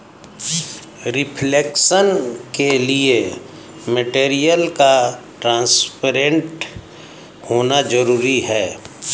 reflection के लिए material का ट्रांसपेरेंट होना जरूरी है